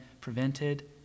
prevented